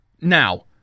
Now